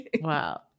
Wow